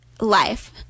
life